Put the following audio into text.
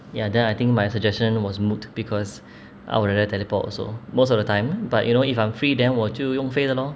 ya then I think my suggestion was moot because I would rather teleport also most of the time but you know if I'm free then 我就用飞的 lor